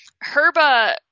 Herba